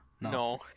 No